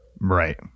Right